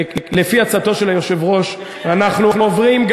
לפי הצעתו של היושב-ראש אנחנו עוברים,